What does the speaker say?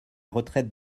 retraite